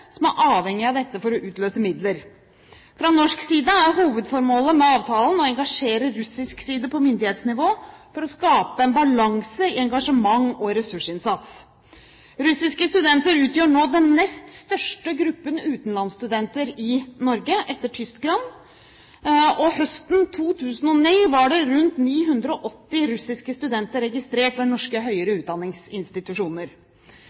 som er avhengig av dette for å utløse midler. Fra norsk side er hovedformålet med avtalen å engasjere russisk side på myndighetsnivå for å skape en balanse i engasjement og ressursinnsats. Russiske studenter utgjør nå den nest største gruppen utenlandsstudenter i Norge etter tyske, og høsten 2009 var rundt 980 russiske studenter registrert ved norske